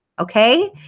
okay?